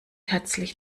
herzlich